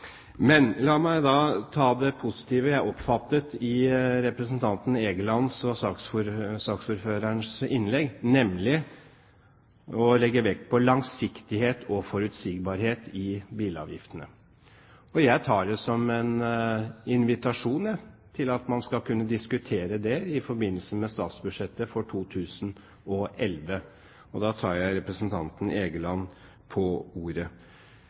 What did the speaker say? Men la meg ta det positive: Jeg oppfattet av representanten Egelands – saksordførerens – innlegg at han vil legge vekt på langsiktighet og forutsigbarhet i bilavgiftene. Jeg tar det som en invitasjon til at man skal kunne diskutere det i forbindelse med statsbudsjettet for 2011. Da tar jeg representanten Egeland på ordet.